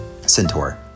Centaur